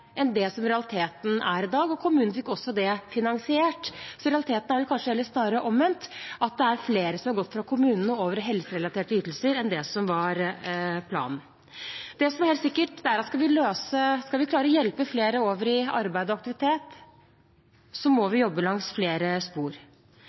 det som er realiteten i dag. Kommunene fikk også det finansiert. Så realiteten er kanskje snarere omvendt, at det er flere som har gått fra kommunen og over i helserelaterte ytelser enn det som var planen. Det som er helt sikkert, er at skal vi klare å hjelpe flere over i arbeid og aktivitet, må vi jobbe langs flere spor. Vi må